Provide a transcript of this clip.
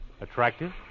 Attractive